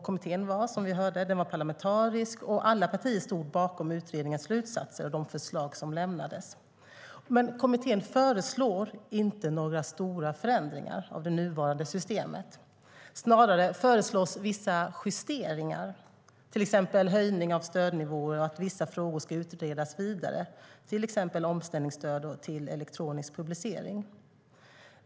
Kommittén var parlamentarisk, som vi hörde, och alla partier stod bakom utredningens slutsatser och de förslag som lämnades. Kommittén föreslår inte några stora förändringar av det nuvarande systemet. Snarare föreslås vissa justeringar, till exempel höjning av stödnivåer och att vissa frågor ska utredas vidare, till exempel omställningsstöd till elektronisk publicering.